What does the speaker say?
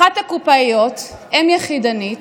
אחת הקופאיות, אם יחידנית,